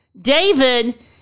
David